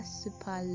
super